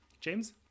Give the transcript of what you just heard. James